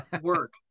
work